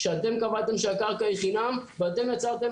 שאתם קבעתם שהקרקע היא חינם ואתם יצרתם